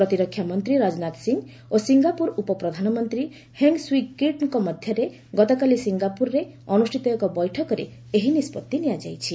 ପ୍ରତିରକ୍ଷା ମନ୍ତ୍ରୀ ରାଜନାଥ ସିଂହ ଓ ସିଙ୍ଗାପୁର ଉପପ୍ରଧାନମନ୍ତ୍ରୀ ହେଙ୍ଗ୍ ସ୍ୱି କିଟ୍ଙ୍କ ମଧ୍ୟରେ ଗତକାଲି ସିଙ୍ଗାପୁରରେ ଅନୁଷ୍ଠିତ ଏକ ବୈଠକରେ ଏହି ନିଷ୍ପଭି ନିଆଯାଇଛି